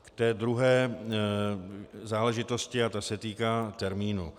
K té druhé záležitosti, ta se týká termínu.